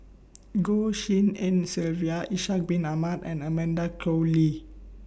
Goh Tshin En Sylvia Ishak Bin Ahmad and Amanda Koe Lee